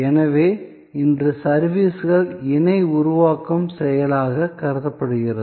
எனவே இன்று சர்விஸ்கள் இணை உருவாக்கும் செயலாக கருதப்படுகிறது